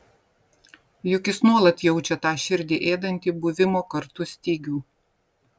juk jis nuolat jaučia tą širdį ėdantį buvimo kartu stygių